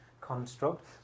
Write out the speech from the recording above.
construct